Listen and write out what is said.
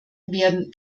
werden